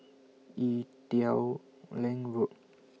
Ee Teow Leng Road